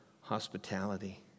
hospitality